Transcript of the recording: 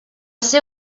ser